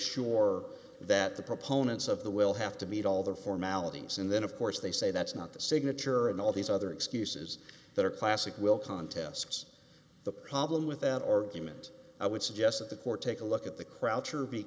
sure that the proponents of the will have to meet all the formalities and then of course they say that's not the signature and all these other excuses that are classic will contests the problem with that argument i would suggest that the court take a look at the crouch